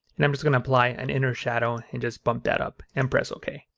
and i'm just going to apply an inner shadow and just bump that up and press ok.